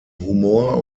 humor